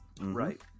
right